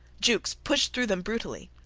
jukes pushed through them brutally.